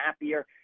happier